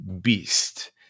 beast